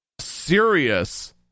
serious